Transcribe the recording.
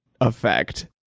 effect